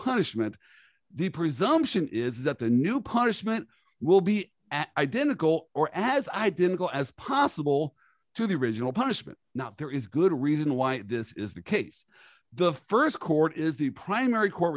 punishment the presumption is that the new punishment will be identical or as i didn't go as possible to the original punishment not there is a good reason why this is the case the st court is the primary court